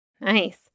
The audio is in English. Nice